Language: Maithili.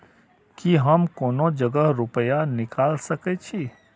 की हम कोनो जगह रूपया निकाल सके छी?